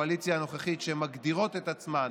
בקואליציה הנוכחית שמגדירות את עצמן